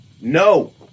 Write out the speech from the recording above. no